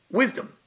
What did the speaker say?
wisdom